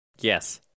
Yes